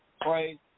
pray